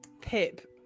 Pip